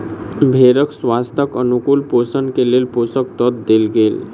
भेड़क स्वास्थ्यक अनुकूल पोषण के लेल पोषक तत्व देल गेल